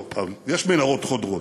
טוב, יש מנהרות חודרות.